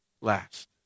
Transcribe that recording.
last